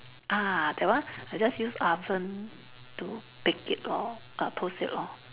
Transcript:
ah that one I just use oven to bake it lor uh toast it lor